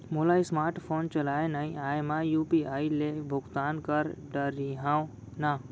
मोला smart phone चलाए नई आए मैं यू.पी.आई ले भुगतान कर डरिहंव न?